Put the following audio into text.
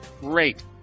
great